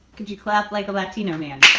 could you clap like a latino man?